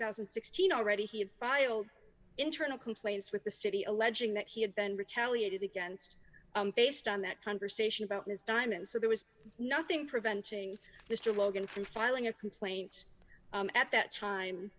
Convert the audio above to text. thousand and sixteen already he had filed internal complaints with the city alleging that he had been retaliated against based on that conversation about ms diamond so there was nothing preventing mr logan can filing a complaint at that time